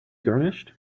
garnished